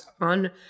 on